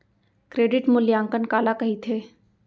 Credit मूल्यांकन काला कहिथे?